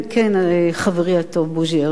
כן, חברי הטוב בוז'י הרצוג,